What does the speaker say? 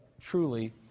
truly